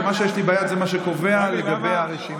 ומה שיש לי ביד זה מה שקובע לגבי הרשימה.